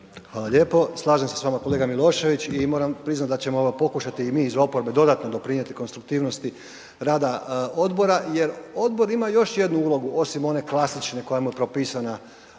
Hvala lijepo. Slažem se s vama kolega Milošević i moram priznati da ćemo ga pokušati i mi iz oporbe dodatno doprinijeti konstruktivnosti rada odbora jer odbor ima još jednu ulogu osim one klasične koja mu je propisana